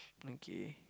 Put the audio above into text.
okay